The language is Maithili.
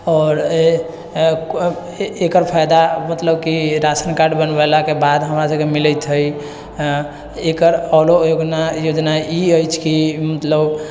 आओर अऽ एकर फायदा मतलब की राशन कार्ड बनवेलाके बाद हमरा सभकेँ मिलैत हइ एकर आओरो योजना योजना ई अछि कि मतलब